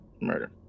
murder